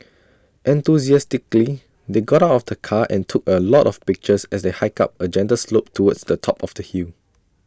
enthusiastically they got out of the car and took A lot of pictures as they hiked up A gentle slope towards the top of the hill